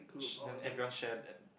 then everyone share that